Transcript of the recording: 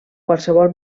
qualsevol